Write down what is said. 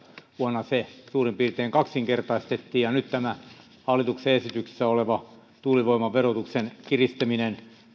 vuonna kaksituhattaneljätoista se suurin piirtein kaksinkertaistettiin ja nyt tämä hallituksen esityksessä oleva tuulivoiman verotuksen kiristäminen